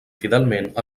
fidelment